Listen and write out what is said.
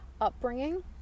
upbringing